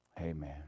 Amen